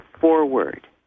forward